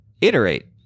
iterate